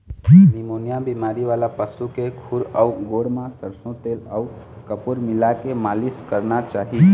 pneumonia बेमारी वाला पशु के खूर अउ गोड़ म सरसो तेल अउ कपूर मिलाके मालिस करना चाही